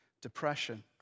depression